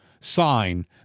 sign